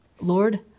Lord